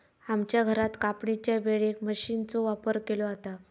आमच्या घरात कापणीच्या वेळेक मशीनचो वापर केलो जाता